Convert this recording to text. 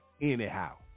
anyhow